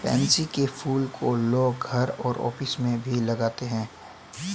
pansy के फूल को लोग घर और ऑफिस में भी लगाते है